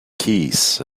keys